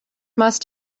must